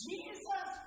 Jesus